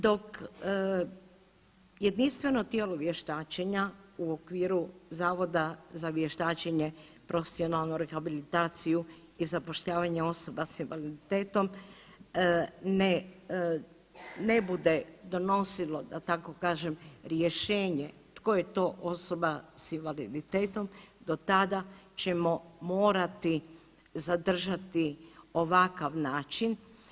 Dok jedinstveno tijelo vještačenja u okviru Zavoda za vještačenje, profesionalnu rehabilitaciju i zapošljavanje osoba sa invaliditetom ne bude donosilo da tako kažem rješenje tko je to osoba sa invaliditetom, do tada ćemo morati zadržati ovakav način.